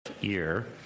year